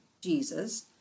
Jesus